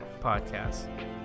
Podcast